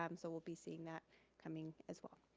um so we'll be seeing that coming as well.